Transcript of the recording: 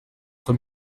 être